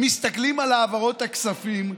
הם מסתכלים על העברות הכספים,